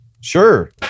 sure